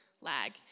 lag